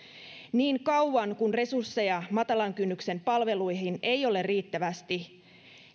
niin kauan kuin resursseja matalan kynnyksen palveluihin ei ole riittävästi